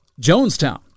Jonestown